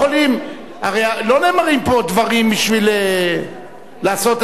הרי לא נאמרים פה דברים בשביל לעשות איזה פיליבסטר.